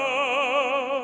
oh